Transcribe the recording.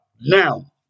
Now